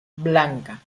blanca